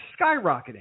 skyrocketing